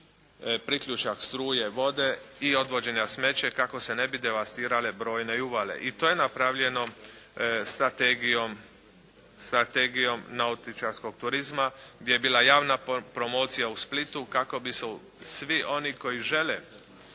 priključak struje, vode i odvođenja smeća kako se ne bi devastirale brojne uvale. I to je napravljeno strategijom nautičarskog turizma gdje je bila javna promocija u Splitu kako bi se svi oni koji žele